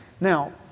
Now